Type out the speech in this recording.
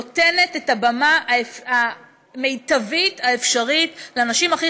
נותנת את הבמה המיטבית האפשרית לנשים הכי